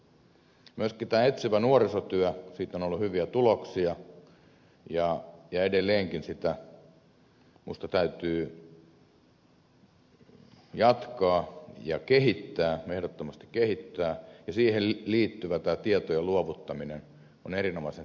myöskin tästä etsivästä nuorisotyöstä on ollut hyviä tuloksia ja edelleenkin sitä minusta täytyy jatkaa ja kehittää ehdottomasti kehittää ja tämä siihen liittyvä tietojen luovuttaminen on erinomaisen tärkeä elementti